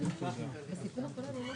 היתה כתבה